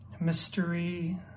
Mystery